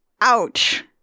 ouch